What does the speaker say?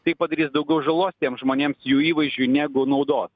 tai padarys daugiau žalos tiems žmonėms jų įvaizdžiui negu naudos